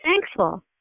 thankful